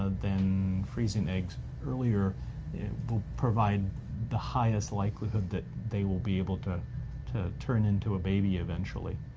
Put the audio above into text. ah then freezing eggs earlier will provide the highest likelihood that they will be able to to turn into a baby eventually.